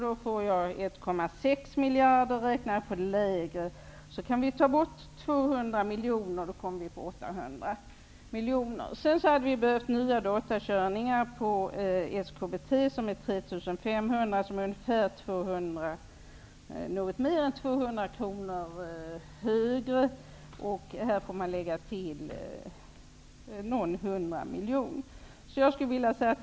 Då får jag 1,6 miljarder kronor räknat på de lägre siffrorna. Tar vi bort 200 miljoner kronor blir det 800 miljoner kronor. Sedan behövs det nya datakörningar på SKBT, som är 3 500 kr. Det är något mer än 200 kr högre. Här får man alltså lägga till någon hundra miljon kronor.